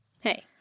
Hey